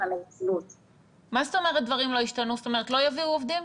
לא יביאו עובדים?